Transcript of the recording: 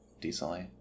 decently